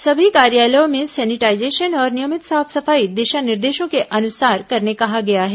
सभी कार्यालयों में सेनिटाईजेशन और नियमित साफ सफाई दिशा निर्देशों के अनुसार करने कहा गया है